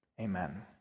Amen